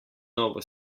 novo